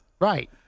Right